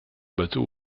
bateau